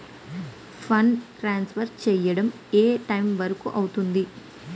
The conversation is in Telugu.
ఫండ్ ట్రాన్సఫర్ చేయడం ఏ టైం వరుకు అవుతుంది?